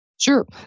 Sure